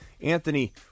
Anthony